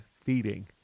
feeding